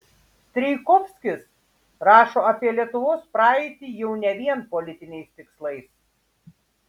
strijkovskis rašo apie lietuvos praeitį jau ne vien politiniais tikslais